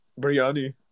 biryani